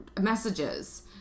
messages